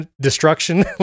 destruction